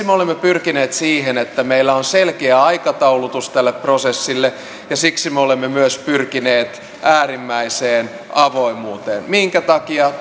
me olemme pyrkineet siihen että meillä on selkeä aikataulutus tälle prosessille ja siksi me olemme myös pyrkineet äärimmäiseen avoimuuteen minkä takia